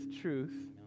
truth